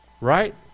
Right